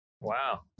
Wow